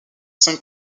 cinq